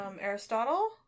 Aristotle